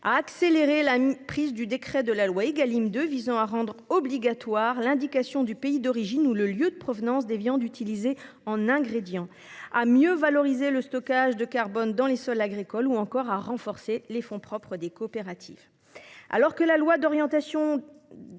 a accéléré la prise du décret de la loi Egalim 2 visant à rendre obligatoire l'indication du pays d'origine ou le lieu de provenance des viandes utilisées en ingrédients à mieux valoriser le stockage de carbone dans les sols agricoles ou encore à renforcer les fonds propres des coopératives. Alors que la loi d'orientation.